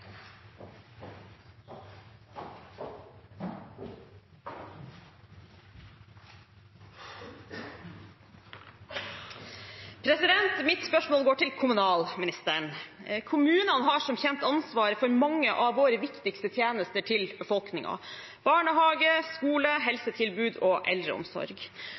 Mitt spørsmål går til kommunalministeren. Kommunene har som kjent ansvaret for mange av våre viktigste tjenester til befolkningen – barnehage, skole, helsetilbud og eldreomsorg.